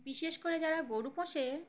বিশেষ করে যারা গরু পোষে